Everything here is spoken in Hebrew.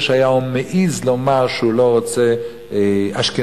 שהיה מעז לומר שהוא לא רוצה אשכנזים,